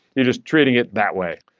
you're just trading it that way.